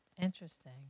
Interesting